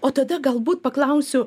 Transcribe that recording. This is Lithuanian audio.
o tada galbūt paklausiu